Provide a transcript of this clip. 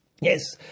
Yes